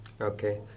Okay